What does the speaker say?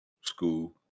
school